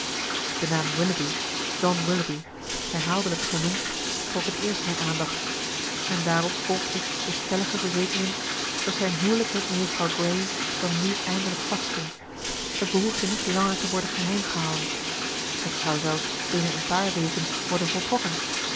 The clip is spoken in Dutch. herhaaldelijk genoemd trok het eerst mijn aandacht en daarop volgde de stellige verzekering dat zijn huwelijk met mejuffrouw grey dan nu eindelijk vaststond het behoefde niet langer te worden geheimgehouden het zou zelfs binnen een paar weken worden voltrokken